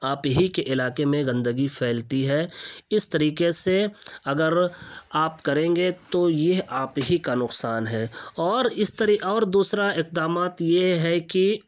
آپ ہی کے علاقے میں گندگی پھیلتی ہے اس طریقے سے اگر آپ کریں گے تو یہ آپ ہی کا نقصان ہے اور اس طریقے اور دوسرا اقدامات یہ ہے کہ